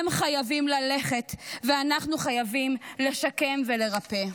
הם חייבים ללכת, ואנחנו חייבים לשקם ולרפא.